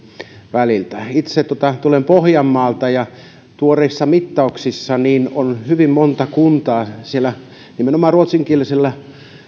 väliltä itse tulen pohjanmaalta ja tuoreissa mittauksissa on hyvin monta kuntaa siellä nimenomaan ruotsinkielisellä